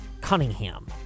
Cunningham